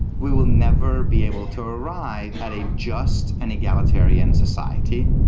we will never be able to arrive at a just and egalitarian society.